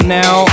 now